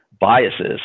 biases